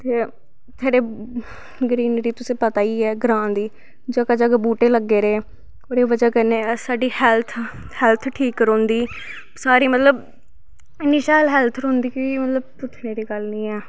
ते इत्थै दे ग्रीनरी तुसें पता ई ऐ ग्रांऽ दी जगह जगह बूह्टे लग्गे दे ओह्दा बज़ह कन्नै साढ़ी हैल्थ ठीक रौंह्दी साढ़ी मतलव इन्नी शैल हैल्थ रौंह्दी कि मतलव उत्थें दी गल्ल नी ऐ